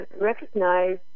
recognize